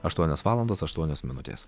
aštuonios valandos aštuonios minutės